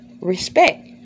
respect